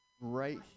Right